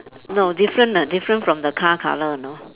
no different ah different from the car colour you know